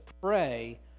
pray